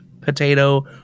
potato